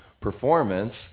performance